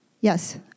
Yes